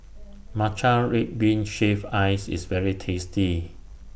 Matcha Red Bean Shaved Ice IS very tasty